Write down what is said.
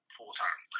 full-time